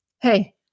Hey